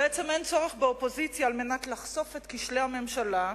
בעצם אין צורך באופוזיציה על מנת לחשוף את כשלי הממשלה,